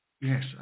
Yes